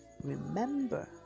Remember